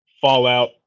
Fallout